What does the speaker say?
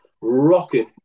rocking